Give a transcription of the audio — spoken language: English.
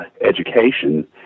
education